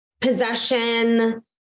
possession